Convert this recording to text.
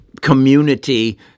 community